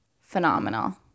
phenomenal